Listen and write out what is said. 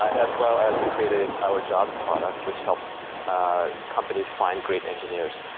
as well as we created our jobs product which helps ah companies find great engineers.